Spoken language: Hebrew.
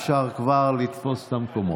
אפשר כבר לתפוס את המקומות.